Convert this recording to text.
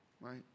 right